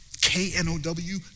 K-N-O-W